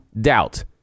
doubt